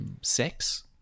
sex